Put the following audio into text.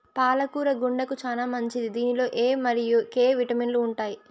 పాల కూర గుండెకు చానా మంచిది దీనిలో ఎ మరియు కే విటమిన్లు ఉంటాయి